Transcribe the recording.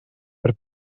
per